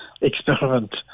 experiment